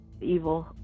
evil